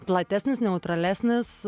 platesnis neutralesnis